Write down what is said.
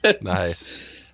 nice